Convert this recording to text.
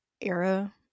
era